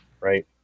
right